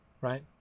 Right